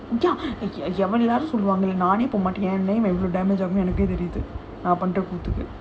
ya யாரோ சொல்வாங்கள நானே போகமாட்டேன்:yaaro solvaangala naanae poga maattaen